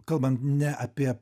kalbant ne apie